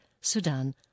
Sudan